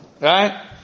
Right